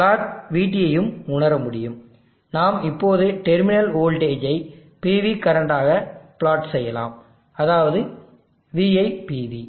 plot vT யையும் உணர முடியும் நாம் இப்போது டெர்மினல் வோல்டேஜை PV கரண்ட் ஆக பிளாட் செய்யலாம் அதாவது vipv